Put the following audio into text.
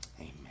Amen